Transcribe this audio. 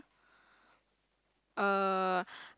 uh